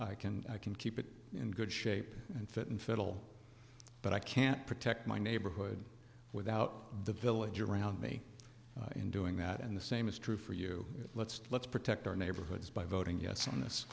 i can i can keep it in good shape and fit and fiddle but i can't protect my neighborhood without the village around me in doing that and the same is true for you let's let's protect our neighborhoods by voting yes on this